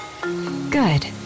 Good